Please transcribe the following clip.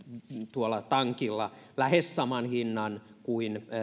tuolla tankilla lähes saman hinnan kuin